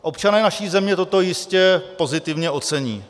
Občané naší země toto jistě pozitivně ocení.